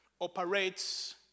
operates